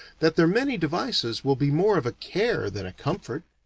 that their many devices will be more of a care than a comfort.